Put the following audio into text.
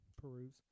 peruse